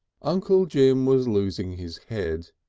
uncle jim was losing his head.